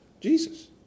Jesus